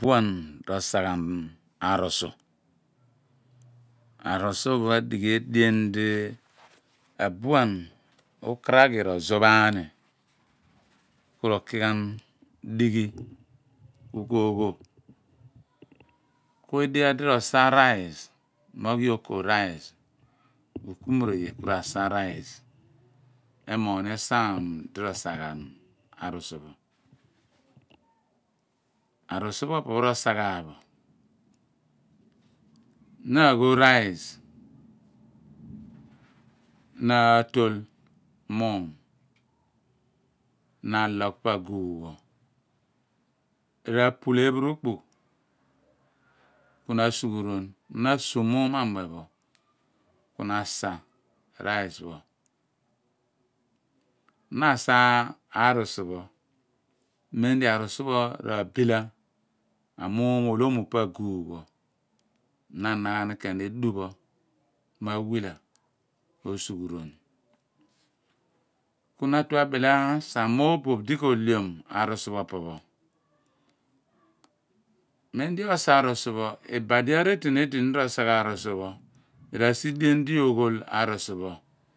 Buan ro sa ghan arusu, arusu pho adighi edion di abuan u/karaghi ro enph aan ku ro ki ghan dighe ku ko oghu ku edighi di ro sa rice mo oghi oko rice ku okumur oye kur r'asa rice emoogh ni eesaan di ra sa ghan arusu pho arusu pho opo pho r'osa ghan bo na aghu rice na aatol muum na alogh pa agumogh pho ra pul ephuruph ku na asughuron ku na asu muum amuphe puru ka na asa rice pho na asa arusu pho mon di arusu pho rasila amuun oolo mun pa agnugh pho na anaghan ken edu pho ma wila ku osughuron ku na bile atu asa morboph di ko ohliom arusu pho opo pho men di osa arusu pho opo pho men di osa arusu pho isadi areren edini di ro sa ghan arusu pho ra sidien di oghul arusu pho